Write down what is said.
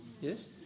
Yes